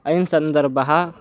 अयं सन्दर्भः